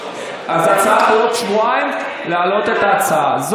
אז ההצעה היא להעלות את ההצעה בעוד שבועיים.